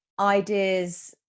ideas